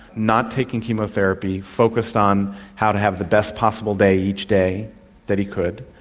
not taking chemotherapy, focused on how to have the best possible day each day that he could.